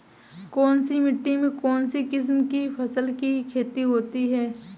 कौनसी मिट्टी में कौनसी किस्म की फसल की खेती होती है?